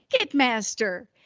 Ticketmaster